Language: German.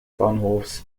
bahnhofs